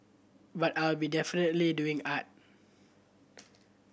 but I'll be definitely doing art